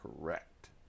correct